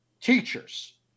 teachers